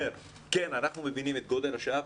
שאומר שאנחנו מבינים את גודל השעה,